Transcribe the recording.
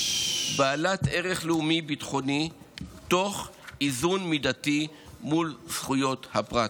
פעילות בעלת ערך לאומי-ביטחוני תוך איזון מידתי מול זכויות הפרט.